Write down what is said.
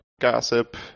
gossip